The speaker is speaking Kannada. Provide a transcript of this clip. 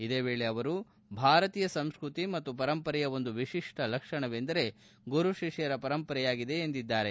ಇದೇ ವೇಳೆ ಅವರು ಭಾರತೀಯ ಸಂಸ್ಕೃತಿ ಮತ್ತು ಪರಂಪರೆಯ ಒಂದು ವಿಶಿಷ್ಠ ಲಕ್ಷಣವೆಂದರೆ ಗುರು ಶಿಷ್ಠರ ಪರಂಪರೆಯಾಗಿದೆ ಎಂದಿದ್ದಾರೆ